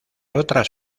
otras